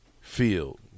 field